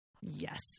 Yes